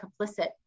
complicit